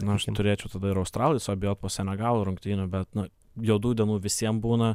nu aš turėčiau tada ir australais suabejot po senegalo rungtynių bet nu juodų dienų visiem būna